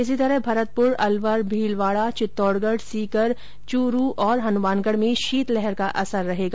इसी तरह भरतपुर अलवर भीलवाड़ा चित्तौड़गढ़ सीकर चूरू हनुमानगढ़ में शीतलहर का असर रहेगा